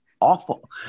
awful